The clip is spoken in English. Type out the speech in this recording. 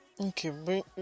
Okay